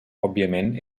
òbviament